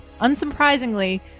Unsurprisingly